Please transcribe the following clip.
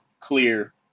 clear